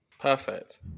Perfect